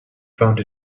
found